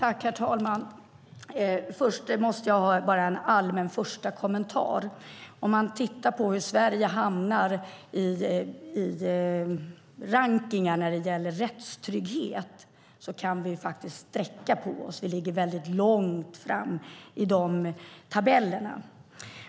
Herr talman! Jag måste först få ge en allmän kommentar. Om vi tittar på hur Sverige hamnar i rankningen över rättstrygghet inser vi att vi faktiskt kan sträcka på oss. Vi ligger högt upp i de tabellerna.